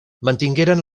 mantingueren